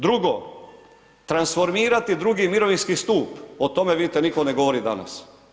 Drugo, transformirati drugi mirovinski stup, o tome vidite nitko ne govori danas.